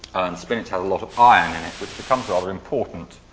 spinach had a lot of iron in it which becomes rather important